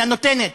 היא הנותנת.